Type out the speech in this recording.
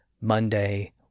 Monday